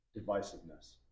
divisiveness